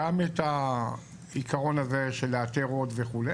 גם את העיקרון הזה של לאתר עוד וכו'.